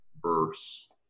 verse